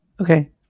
Okay